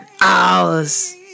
hours